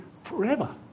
forever